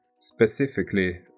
specifically